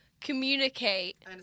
communicate